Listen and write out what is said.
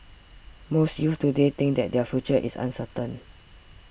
most youths today think that their future is uncertain